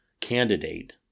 candidate